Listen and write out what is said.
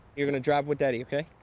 you're gonna drive with daddy, okay?